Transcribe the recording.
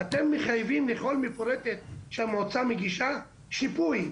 אתם מחייבים לכל מפורטת שהמועצה מגישה שיפוי,